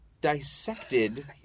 dissected